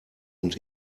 und